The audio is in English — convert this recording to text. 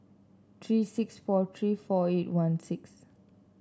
three six four three four eight one six